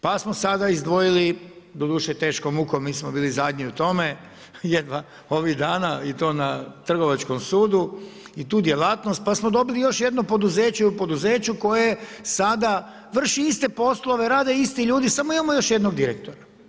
Pa smo sada izdvojili, doduše, teškom mukom, mi smo bili zadnji u tome, jedva ovih dana i to na Trgovačkom sudu i tu djelatnost, pa smo dobili još jedno poduzeće u poduzeću koje sada vrši iste poslove, rade isti ljudi, samo imamo još jednog direktora.